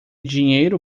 dinheiro